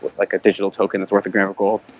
like additional token that's worth a gram of gold,